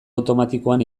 automatikoan